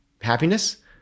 happiness